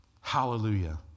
Hallelujah